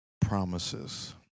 promises